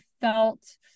felt